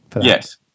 Yes